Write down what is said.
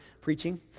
preaching